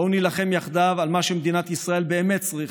בואו נילחם יחדיו על מה שמדינת ישראל באמת צריכה: